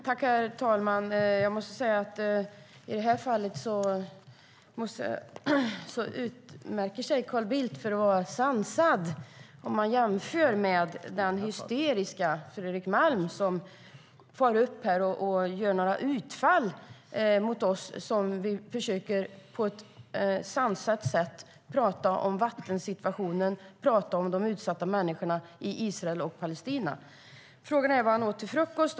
Herr talman! Jag måste säga att Carl Bildt i det här fallet utmärker sig som sansad jämfört med den hysteriske Fredrik Malm. Han for upp här och gjorde utfall mot oss som på ett sansat sätt försöker prata om vattensituationen och de utsatta människorna i Israel och Palestina. Frågan är vad Fredrik Malm åt till frukost.